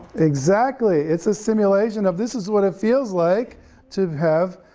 exactly, it's a simulation of this is what it feels like to have,